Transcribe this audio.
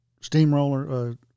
steamroller